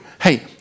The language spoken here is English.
Hey